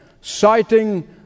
citing